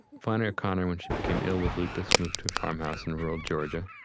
flannery o'connor when she became ill with lupus moved to a farmhouse in rural georgia.